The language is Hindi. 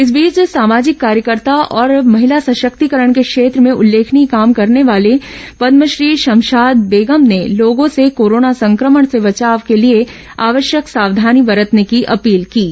इस बीच सामाजिक कार्यकर्ता और महिला सशक्तिकरण के क्षेत्र में उल्लेखनीय काम करने वाले पदमश्री शमशाद बेगम ने लोगों से कोरोना संक्रमण से बचाव के लिए आवश्यक सावधानी बरतने की अपील की है